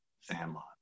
Sandlot